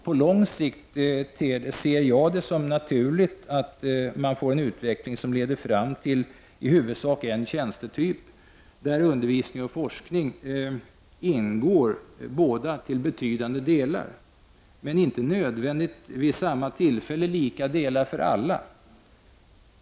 På lång sikt ser jag det som naturligt att vi får en utveckling som leder fram till i huvudsak en tjänstetyp. Undervisning och forskning skall ingå i betydande utsträckning — men inte nödvändigtvis vid samma tillfälle i lika stor utsträckning för alla.